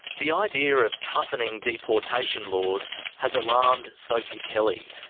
the idea of toughening deportation laws has alarmed sophie kelly,